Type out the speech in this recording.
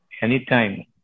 anytime